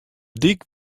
dyk